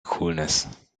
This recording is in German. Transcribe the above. coolness